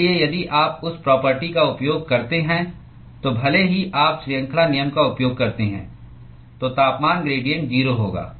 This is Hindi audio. इसलिए यदि आप उस प्रापर्टी का उपयोग करते हैं तो भले ही आप श्रृंखला नियम का उपयोग करते हैं तो तापमान ग्रेडिएंट 0 होगा